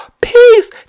Peace